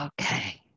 okay